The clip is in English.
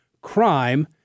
crime